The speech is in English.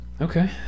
okay